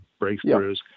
breakthroughs